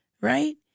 right